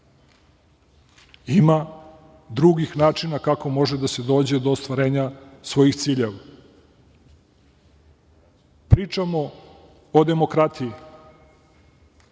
Ima drugih načina kako može da se dođe do ostvarenja svojih ciljeva. Pričamo o demokratiji.